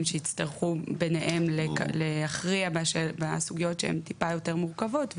שיצטרכו ביניהם להכריע בסוגיות שהן טיפה יותר מורכבות,